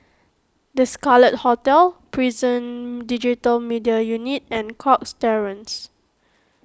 the Scarlet Hotel Prison Digital Media Unit and Cox Terrace